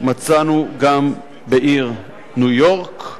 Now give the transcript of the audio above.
מצאנו גם בעיר ניו-יורק.